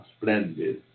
splendid